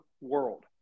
world